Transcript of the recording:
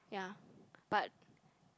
yeah but